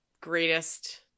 greatest